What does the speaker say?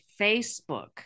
Facebook